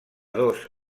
dos